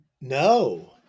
No